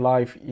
Life